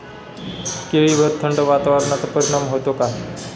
केळीवर थंड वातावरणाचा परिणाम होतो का?